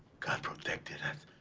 god protected us.